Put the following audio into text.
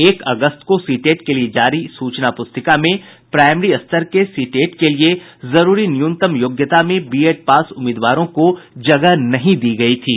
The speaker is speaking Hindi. एक अगस्त को सीटेट के लिये जारी सूचना पुरितका में प्राईमरी स्तर के सीटेट के लिये जरूरी न्यूनतम योग्यता में बीएड पास उम्मीदवारों को जगह नहीं दी गयी थी